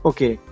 Okay